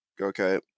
okay